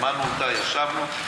הזמנו אותה, ישבנו.